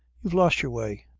you've lost your way.